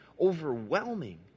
overwhelming